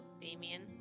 Damien